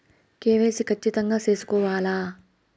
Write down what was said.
KYC ఖచ్చితంగా సేసుకోవాలా